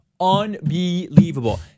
Unbelievable